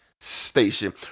Station